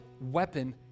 weapon